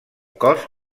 cos